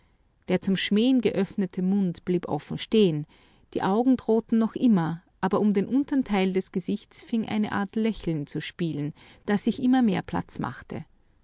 der zum schmähen geöffnete mund blieb offen stehen die augen drohten noch immer aber um den untern teil des gesichtes fing an eine art lächeln zu spielen das sich immer mehr platz machte